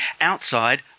outside